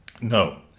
No